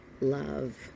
love